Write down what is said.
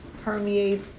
permeate